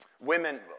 women